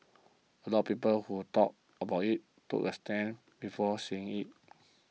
a lot people who talked about it took the stand before seeing it